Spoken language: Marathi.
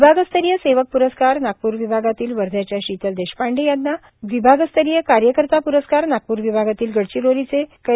विभागस्तरीय सेवक प्रस्कार नागपूर विभागातील वध्याच्या शीतल देशपांडे यांना विभागस्तरीय कार्यकर्ता प्रस्कार नागपूर विभागातील गडचिरोलीचे कै